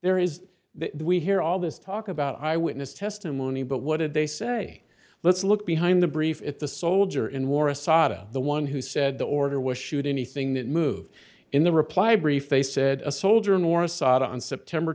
there is that we hear all this talk about eyewitness testimony but what did they say let's look behind the brief the soldier in war assata the one who said the order was shoot anything that moved in the reply brief they said a soldier in war assad on september